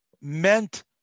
meant